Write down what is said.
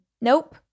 Nope